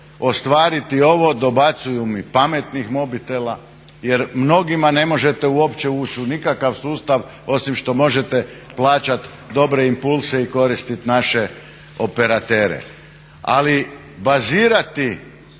ostvariti ovo, dobacuju mi pametnih mobitela, jer mnogima ne možete uopće ući u nikakav sustav osim što možete plaćati dobre impulse i koristit naše operatere. Ali bazirati